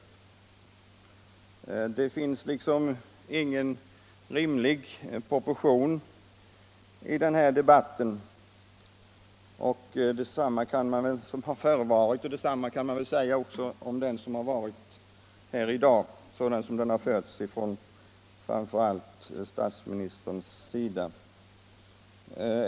Det finns liksom ingen rimlig proportion i den debatten. Detsamma kan man även säga om debatten här i dag, såsom den förts framför allt från statsministerns sida.